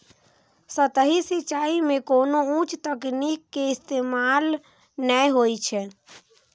सतही सिंचाइ मे कोनो उच्च तकनीक के इस्तेमाल नै होइ छै